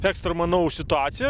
ekstra manau situacija